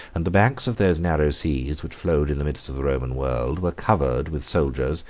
and the banks of those narrow seas, which flowed in the midst of the roman world, were covered with soldiers,